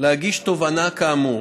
להגיש תובענה כאמור